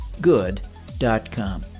good.com